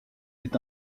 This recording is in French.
est